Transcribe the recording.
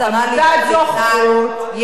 לשרה לימור לבנת יש